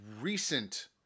recent